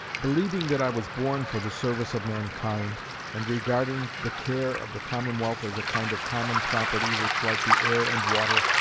believing that i was born for the service of mankind, and regarding the care of the commonwealth as a kind of common property which, like the air and water,